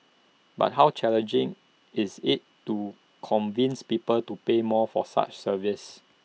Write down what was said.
but how challenging is IT to convince people to pay more for such services